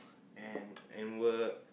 and and work